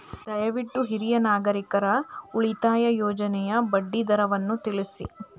ದಯವಿಟ್ಟು ಹಿರಿಯ ನಾಗರಿಕರ ಉಳಿತಾಯ ಯೋಜನೆಯ ಬಡ್ಡಿ ದರವನ್ನು ತಿಳಿಸಿ